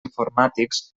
informàtics